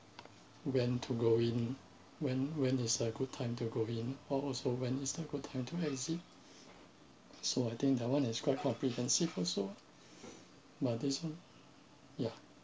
when to go in when when is a good time to go in or also when is the good time to exit so I think that one is quite comprehensive also but this one yeah